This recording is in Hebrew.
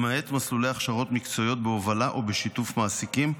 למעט מסלולי הכשרות מקצועיות בהובלה או בשיתוף מעסיקים,